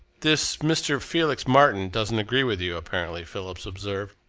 this mr. felix martin doesn't agree with you, apparently, philip observed.